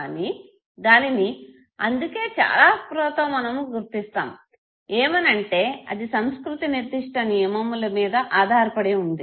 కానీ దానిని అందుకే చాలా స్పృహతో మనము గుర్తిస్తాము ఏమని అంటే అది సంస్కృతి నిర్దిష్ట నియమముల మీద ఆధార పడి వుంది